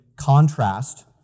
contrast